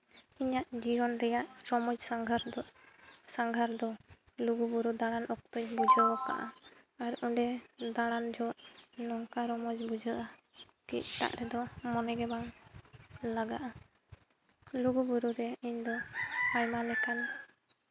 ᱤᱧᱟᱹᱜ ᱡᱤᱭᱚᱱ ᱨᱮᱭᱟᱜ ᱨᱚᱢᱚᱡᱽ ᱥᱟᱸᱜᱷᱟᱨ ᱫᱚ ᱞᱩᱜᱩᱼᱵᱩᱨᱩ ᱫᱟᱬᱟᱱ ᱚᱠᱛᱚᱧ ᱵᱩᱡᱷᱟᱹᱣ ᱠᱟᱜᱼᱟ ᱟᱨ ᱚᱸᱰᱮ ᱫᱟᱬᱟᱱ ᱡᱚᱠᱷᱚᱡ ᱱᱚᱝᱠᱟ ᱨᱚᱢᱚᱡᱽ ᱵᱩᱡᱷᱟᱹᱜᱼᱟ ᱠᱤ ᱮᱴᱟᱜ ᱨᱮᱫᱚ ᱢᱚᱱᱮ ᱜᱮ ᱵᱟᱝ ᱞᱟᱜᱟᱜᱼᱟ ᱞᱩᱜᱩᱼᱵᱩᱨᱩ ᱨᱮ ᱤᱧᱫᱚ ᱟᱭᱢᱟ ᱞᱮᱠᱟᱱ